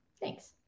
Thanks